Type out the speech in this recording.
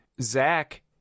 zach